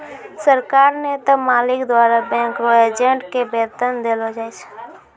सरकार नै त मालिक द्वारा बैंक रो एजेंट के वेतन देलो जाय छै